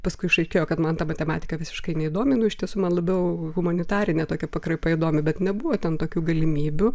paskui išaiškėjo kad man ta matematika visiškai neįdomi nu iš tiesų man labiau humanitarė tokia pakraipa įdomi bet nebuvo ten tokių galimybių